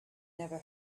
never